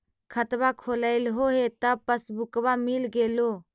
खतवा खोलैलहो तव पसबुकवा मिल गेलो?